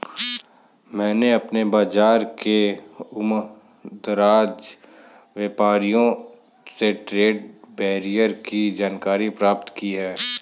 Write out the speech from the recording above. मैंने अपने बाज़ार के उमरदराज व्यापारियों से ट्रेड बैरियर की जानकारी प्राप्त की है